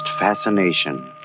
fascination